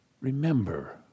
Remember